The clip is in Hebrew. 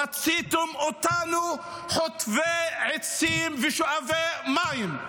רציתם אותנו חוטבי עצים ושאבי מים.